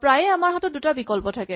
প্ৰায়ে আমাৰ হাতত দুটা বিকল্প থাকে